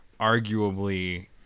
arguably